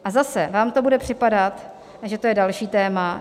A zase vám bude připadat, že to je další téma.